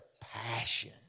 passion